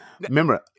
Remember